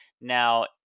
Now